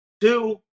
Two